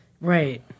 right